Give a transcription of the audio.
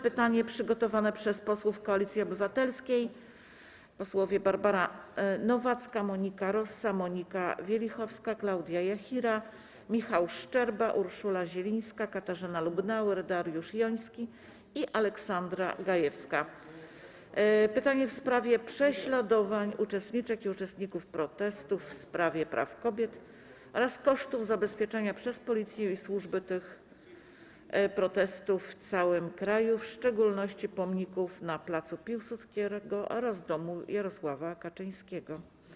Pytanie jest przygotowane przez posłów Koalicji Obywatelskiej: Barbarę Nowacką, Monikę Rosę, Monikę Wielichowską, Klaudię Jachirę, Michała Szczerbę, Urszulę Zielińską, Katarzynę Lubnauer, Dariusza Jońskiego i Aleksandrę Gajewską i dotyczy prześladowań uczestniczek i uczestników protestów w sprawie praw kobiet oraz kosztów zabezpieczenia przez Policję i służby tych protestów w całym kraju, w szczególności pomników na placu Piłsudskiego oraz domu Jarosława Kaczyńskiego.